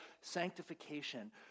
sanctification